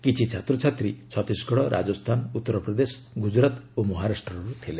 କିଛି ଛାତ୍ରଛାତ୍ରୀ ଛତିଶଗଡ଼ ରାଜସ୍ଥାନ ଉତ୍ତର ପ୍ରଦେଶ ଗୁଜରାତ ଓ ମହାରାଷ୍ଟ୍ରରୁ ଥିଲେ